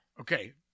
Okay